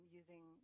using